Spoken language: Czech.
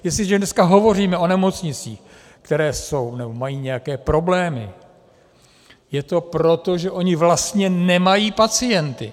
Jestliže dneska hovoříme o nemocnicích, které jsou, nebo mají nějaké problémy, je to proto, že ony vlastně nemají pacienty.